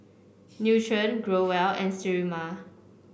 Nutren Growell and Sterimar